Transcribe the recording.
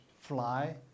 fly